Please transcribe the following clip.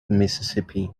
mississippi